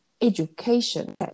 education